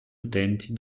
utenti